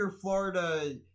Florida